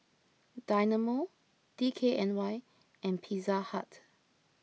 Dynamo D K N Y and Pizza Hut